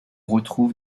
retrouve